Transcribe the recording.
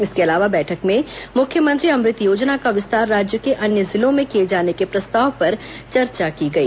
इसके अलावा बैठक में मुख्यमंत्री अमृत योजना का विस्तार राज्य के अन्य जिलों में किए जाने के प्रस्ताव पर चर्चा की गई